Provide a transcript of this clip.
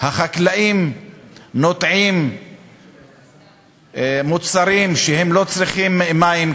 החקלאים נוטעים גידולים שלא צריכים מים,